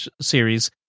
series